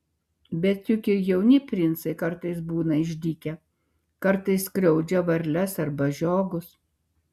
bet juk ir jauni princai kartais būna išdykę kartais skriaudžia varles arba žiogus